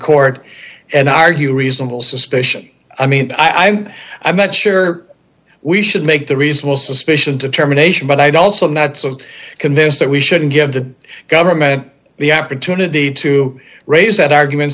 court and argue reasonable suspicion i mean i'm i'm not sure we should make the reasonable suspicion to terminations but i'd also i'm not so convinced that we shouldn't give the government the aptitude indeed to raise that argument